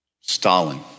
Stalin